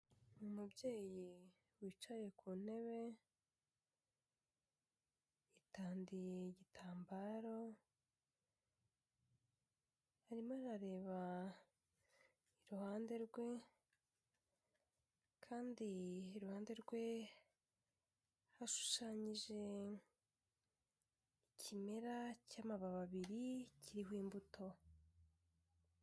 Umubyeyi wicaye ku ntebe, yitandiye igitambaro, arimo arareba iruhande rwe, kandi iruhande rwe hashushanyije ikimera cy'amababi abiri kiriho imbuto.